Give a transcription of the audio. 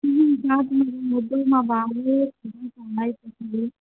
నాకు ఏమివద్దు మా బాబుదే